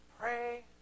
pray